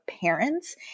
parents